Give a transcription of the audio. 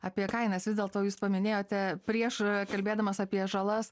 apie kainas vis dėlto jūs paminėjote prieš kalbėdamas apie žalas